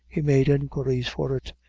he made inquiries for it,